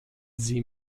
sie